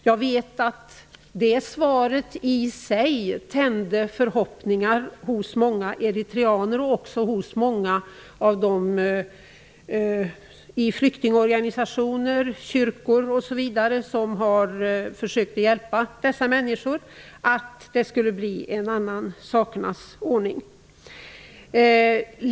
Jag vet att det svaret i sig tände förhoppningar hos många eritreaner och också hos många av dem i flyktingorganisationer, kyrkor, osv. som har försökt att hjälpa dessa människor att det skulle bli en annan sakernas ordning.